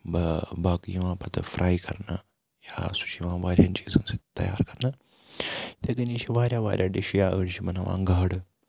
باقٕے یِوان پتہٕ فرٛاے کَرنہٕ یا سُہ چھُ یِوان واریاہَن چیٖزَن سۭتۍ تیار کَرنہٕ یِتھٕے کٕنی چھِ واریاہ واریاہ ڈِشہٕ یا أڈۍ چھِ بَناوان گاڈٕ